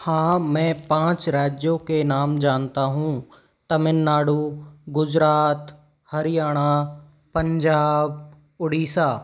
हाँ मैं पाँच राज्यों के नाम जानता हूँ तमिल नाडु गुजरात हरियाणा पंजाब ओडिशा